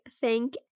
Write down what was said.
thank